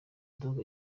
dogg